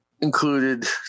included